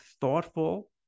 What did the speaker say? thoughtful